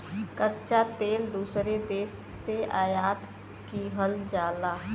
कच्चा तेल दूसरे देश से आयात किहल जाला